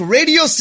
Radio